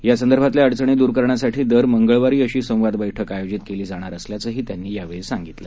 यासंदर्भातल्या अडचणी दूर करण्यासाठी दर मंगळवारी अशी संवाद बैठक आयोजित केली जाणार असल्याचंही त्यांनी सांगितलं